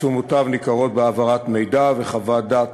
ותשומותיו ניכרות בהעברת מידע וחוות דעת